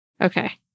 Okay